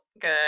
good